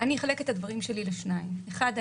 אחלק את הדברים שלי לשניים: ראשית,